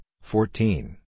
fourteen